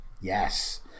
yes